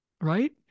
right